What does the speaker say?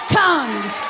tongues